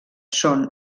són